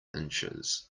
inches